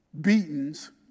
Beatings